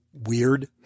weird